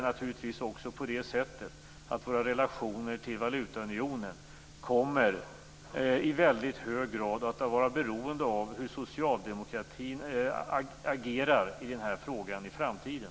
Naturligtvis kommer våra relationer till valutaunionen i väldigt hög grad att vara beroende av hur socialdemokratin i framtiden agerar i den här frågan.